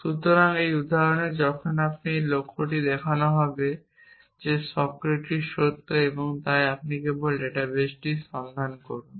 সুতরাং এই উদাহরণে যখন আপনার এই লক্ষ্যটি দেখানো হবে যে সক্রেটিস সত্য তখন আপনি কেবল ডাটাবেসটি সন্ধান করুন